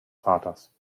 vaters